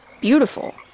beautiful